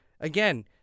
Again